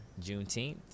Juneteenth